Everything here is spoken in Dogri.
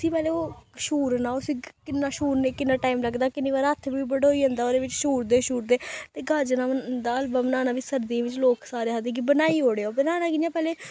उस्सी पैह्लें ओह् छूरना उस्सी किन्ना छूरने गी किन्ना टाइम लगदा किन्नी बारी हत्थ बी बड्डोई जंदा ओह्दे बिच्च छूरदे छूरदे ते गाजरां दा हलबा बनाना बी सर्दियें च लोक सारे आखदे बनाई ओड़ेआ पर बनाना कि'यां पैह्लें